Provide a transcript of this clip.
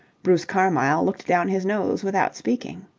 bruce carmyle looked down his nose without speaking.